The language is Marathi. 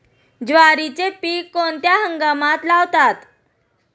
ज्वारीचे पीक कोणत्या हंगामात लावतात?